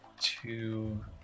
Two